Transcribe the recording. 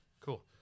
Cool